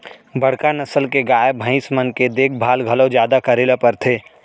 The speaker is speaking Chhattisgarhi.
बड़का नसल के गाय, भईंस मन के देखभाल घलौ जादा करे ल परथे